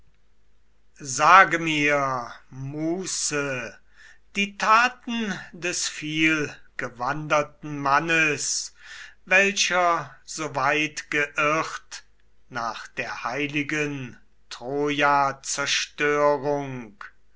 sage mir muse die taten des vielgewanderten mannes welcher so weit geirrt nach der heiligen troja